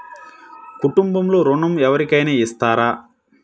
కుటుంబంలో ఋణం ఎవరికైనా ఇస్తారా?